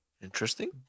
Interesting